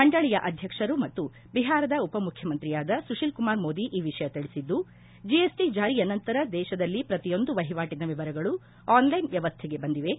ಮಂಡಳಿಯ ಅಧ್ಯಕ್ಷರು ಮತ್ತು ಬಿಹಾರದ ಉಪಮುಖ್ಯಮಂತ್ರಿಯಾದ ಸುಶೀಲ್ಕುಮಾರ್ ಮೋದಿ ಈ ವಿಷಯ ತಿಳಿಸಿದ್ದು ಜಿಎಸ್ಟಿ ಜಾರಿಯ ನಂತರ ದೇಶದಲ್ಲಿ ಪ್ರತಿಯೊಂದು ವಹಿವಾಟಿನ ವಿವರಗಳು ಆನ್ಲೈನ್ ವ್ಯವಸ್ಥೆಗೆ ಬಂದಿವೆ